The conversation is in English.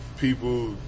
people